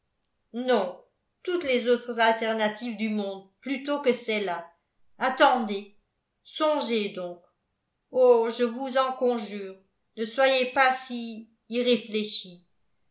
non toutes les autres alternatives du monde plutôt que celle-là attendez songez donc oh je vous en conjure ne soyez pas si irréfléchie